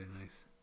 nice